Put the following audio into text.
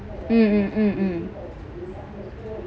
mm mm mm mm